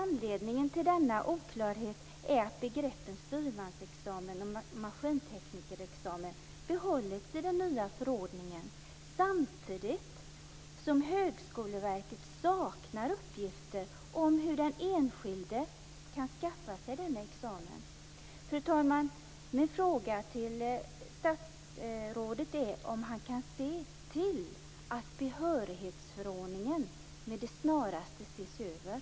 Anledningen till denna oklarhet är att begreppet styrmansexamen och maskinteknikerexamen har behållits i den nya förordningen, samtidigt som Högskoleverket saknar uppgifter om hur den enskilde kan skaffa sig denna examen. Fru talman! Min fråga till statsrådet är om han kan se till att behörighetsförordningen med det snaraste ses över.